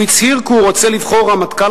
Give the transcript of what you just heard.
הוא הצהיר כי הוא רוצה לבחור רמטכ"ל